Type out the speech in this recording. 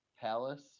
palace